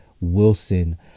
Wilson